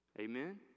Amen